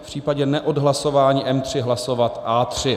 V případě neodhlasování M3 hlasovat A3.